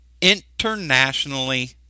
internationally